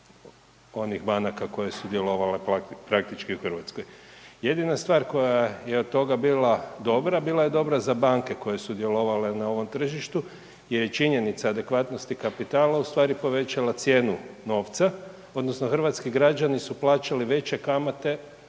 onih banaka koje su djelovale praktički u Hrvatskoj. Jedina stvar koja je od toga bila dobra, bila je dobra za banke koje su djelovale na ovom tržištu je i činjenica adekvatnosti kapitala ustvari povećala cijenu novca odnosno hrvatski građani su plaćali veće kamate